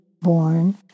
born